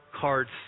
cards